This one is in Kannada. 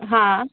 ಹಾಂ